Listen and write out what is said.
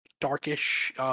darkish